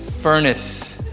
furnace